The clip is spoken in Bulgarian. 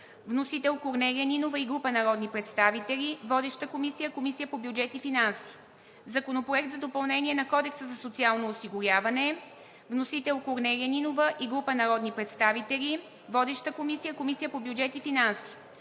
Вносител – Корнелия Нинова и група народни представители. Водеща е Комисията по бюджет и финанси. Законопроект за допълнение на Кодекса за социално осигуряване. Вносител – Корнелия Нинова и група народни представители. Водеща е Комисията по бюджет и финанси.